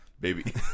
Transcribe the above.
baby